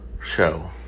show